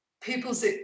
people's